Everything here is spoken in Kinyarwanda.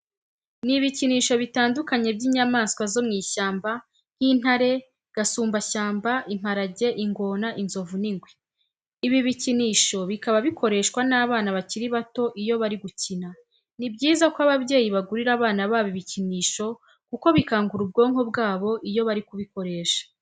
Ni ibikinisho bitandukanye by'inyamaswa zo mu ishyamba nk'intare, gasumbashyamba, imparage, ingona, inzovu n'ingwe. Ibi bikinisho bikaba bikoreshwa n'abana bakiri bato iyo bari gukina. Ni byiza ko ababyeyi bagurira bana babo ibikinisho kuko bikangura ubwonko bwabo iyo bari kubikoresha.